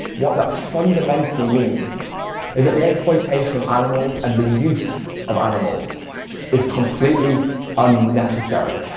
what that fundamentally means is that the exploitation of animals and the use of animals is completely unnecessary.